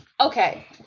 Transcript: okay